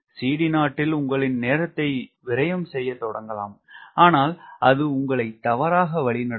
CD0ல் உங்களின் நேரத்தை விரயம் செய்ய தொடங்கலாம் ஆனால் அது உங்களை தவறாக வழி நடத்தும்